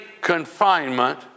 confinement